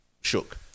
shook